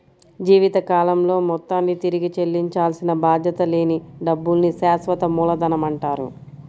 జీవితకాలంలో మొత్తాన్ని తిరిగి చెల్లించాల్సిన బాధ్యత లేని డబ్బుల్ని శాశ్వత మూలధనమంటారు